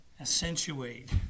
Accentuate